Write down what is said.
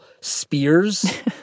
spears